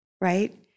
Right